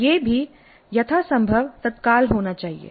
यह भी यथासंभव तत्काल होना चाहिए